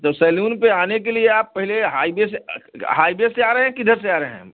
तो सैलून पे आने के लिए आप पहिले हाईवे से हाईवे से आ रहे हैं किधर से आ रहे हैं